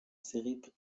séries